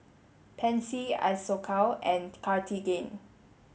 Pansy Isocal and Cartigain